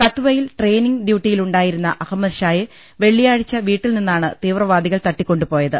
കത്വയിൽ training ഡ്യൂട്ടിയിലുണ്ടായിരുന്ന അഹമ്മ ദ്ഷായെ വെള്ളിയാഴ്ച വീട്ടിൽനിന്നാണ് തീവ്രവാദികൾ തട്ടി ക്കൊണ്ടുപോയത്